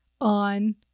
on